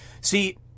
See